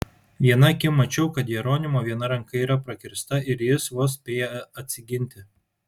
viena akim mačiau kad jeronimo viena ranka yra prakirsta ir jis vos spėja atsiginti